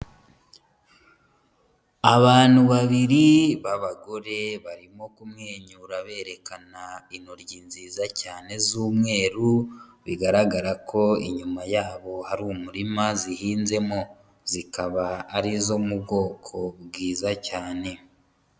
Abantu babiri b'abagore, barimo kumwenyura berekana intoryi nziza cyane z'umweru, bigaragara ko inyuma yabo hari umurima zihinzemo, zikaba ari izo mu bwoko bwiza cyane.